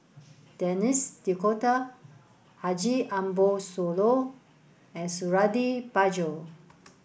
Denis D'Cotta Haji Ambo Sooloh and Suradi Parjo